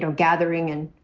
so gathering and.